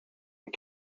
and